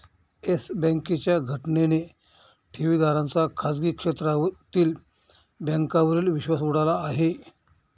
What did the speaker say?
yes बँकेच्या घटनेने ठेवीदारांचा खाजगी क्षेत्रातील बँकांवरील विश्वास उडाला आहे